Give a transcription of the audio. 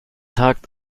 hakt